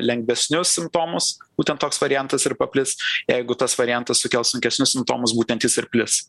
lengvesnius simptomus būtent toks variantas ir paplis jeigu tas variantas sukels sunkesnius simptomus būtent jis ir plis